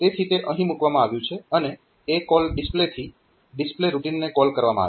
તેથી તે અહીં મૂકવામાં આવ્યું છે અને ACALL DISP થી ડિસ્પ્લે રૂટીનને કોલ કરવામાં આવે છે